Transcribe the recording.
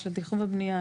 של תכנון ובנייה,